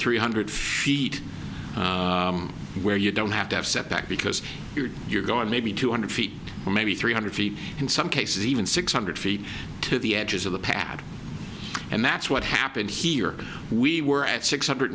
three hundred feet where you don't have to have set back because you're going maybe two hundred feet or maybe three hundred feet in some cases even six hundred feet to the edges of the pad and that's what happened here we were at six hundred